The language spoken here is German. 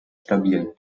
stabil